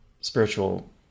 spiritual